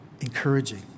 encouraging